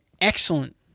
excellent